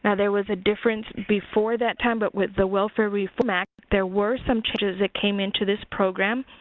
ah there was a difference before that time but with the welfare reform act there were some changes that came into this program.